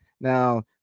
Now